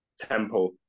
temple